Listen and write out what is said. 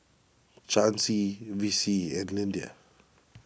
Chancey Vicie and Lyndia